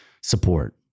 support